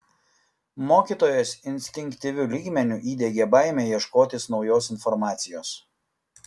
mokytojas instinktyviu lygmeniu įdiegė baimę ieškotis naujos informacijos